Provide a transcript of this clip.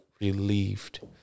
relieved